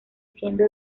siendo